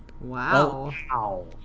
Wow